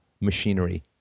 machinery